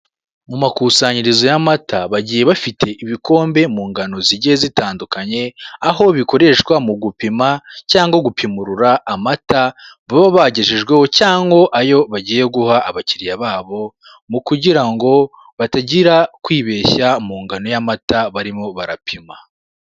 mu makusanyirizo yamata bagiye bafite ibikombe mu ngano zigiye zitandukanye aho bikoreshwa mu gupima cyangwa gupimurura amata baba bagejejweho cyangwa ayo bagiye guha abakiriya babo kugirango batagira kwibeshya mungano yamata barimo barapima.